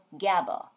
GABA